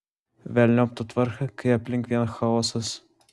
velniop tą tvarką kai aplink vien chaosas